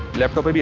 laptop